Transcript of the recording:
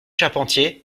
charpentier